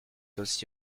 aussi